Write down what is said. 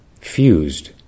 fused